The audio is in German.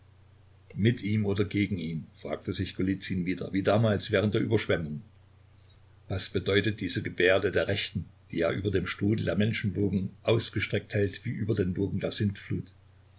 mit ihm oder gegen ihn fragte sich golizyn wieder wie damals während der überschwemmung was bedeutet diese gebärde der rechten die er über dem strudel der menschenwogen ausgestreckt hält wie über den wogen der